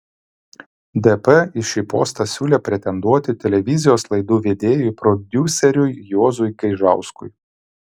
dp į šį postą siūlė pretenduoti televizijos laidų vedėjui prodiuseriui juozui gaižauskui